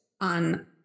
on